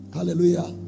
Hallelujah